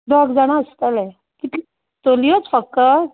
दोग जाणा आसतले कितली चलयोच फकत